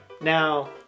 Now